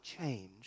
change